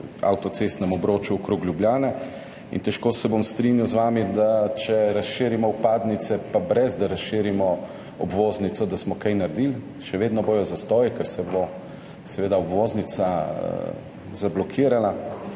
avtocestnem obroču okrog Ljubljane. Težko se bom strinjal z vami, da smo, če razširimo vpadnice pa ne da razširimo obvoznico, kaj naredili. Še vedno bodo zastoji, ker se bo obvoznica zablokirala.